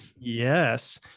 Yes